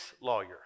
lawyer